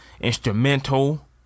instrumental